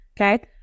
Okay